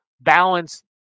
balance